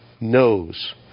knows